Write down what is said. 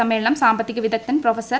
സമ്മേളനം സാമ്പത്തിക വിദഗ്ധൻ പ്രൊഫസർ